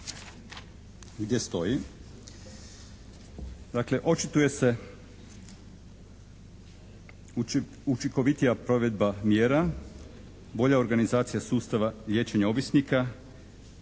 gdje stoji, dakle očituje se učinkovitija provedba mjera, bolja organizacija sustava liječenja ovisnika,